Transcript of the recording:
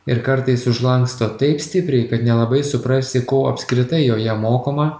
ir kartais užlanksto taip stipriai kad nelabai suprasi ko apskritai joje mokoma